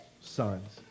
sons